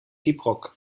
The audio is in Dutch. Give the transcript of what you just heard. gyproc